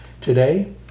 Today